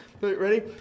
ready